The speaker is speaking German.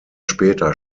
später